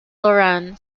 lauren